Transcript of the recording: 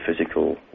physical